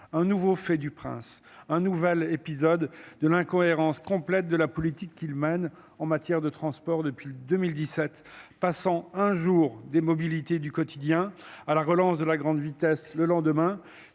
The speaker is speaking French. un nouveau fait du prince un nouvel épisode de l'incohérence complète de la politique qu'il mène en matière de transports depuis deux mille dix sept passant un jour des mobilités du quotidien à la relance de la grande vitesse le lendemain